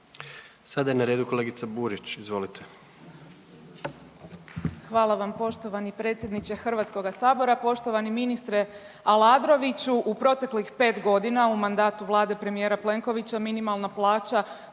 Sada je na redu kolegica Burić. Izvolite. **Burić, Majda (HDZ)** Hvala vam poštovani predsjedniče Hrvatskoga sabora. Poštovani ministre Aladraoviću u proteklih 5 godina u mandatu Vlade premijera Plenkovića minimalna plaća